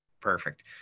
Perfect